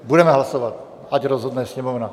Budeme hlasovat, ať rozhodne Sněmovna.